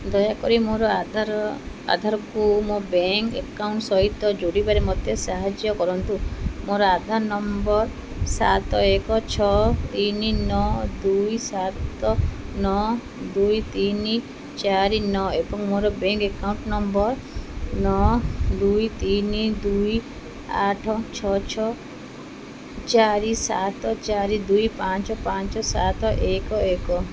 ଦୟାକରି ମୋ ଆଧାର ଆଧାରକୁ ମୋ ବ୍ୟାଙ୍କ ଆକାଉଣ୍ଟ ସହିତ ଯୋଡ଼ିବାରେ ମୋତେ ସାହାଯ୍ୟ କରନ୍ତୁ ମୋର ଆଧାର ନମ୍ବର ସାତ ଏକ ଛଅ ତିନି ନଅ ଦୁଇ ସାତ ନଅ ଦୁଇ ତିନି ଚାରି ନଅ ଏବଂ ମୋର ବ୍ୟାଙ୍କ ଆକାଉଣ୍ଟ ନମ୍ବର ନଅ ଦୁଇ ତିନି ଦୁଇ ଆଠ ଛଅ ଛଅ ଚାରି ସାତ ଚାରି ଦୁଇ ପାଞ୍ଚ ପାଞ୍ଚ ସାତ ଏକ ଏକ